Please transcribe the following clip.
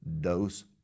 dose